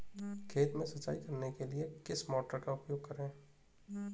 खेत में सिंचाई करने के लिए किस मोटर का उपयोग करें?